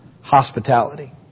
hospitality